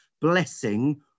blessing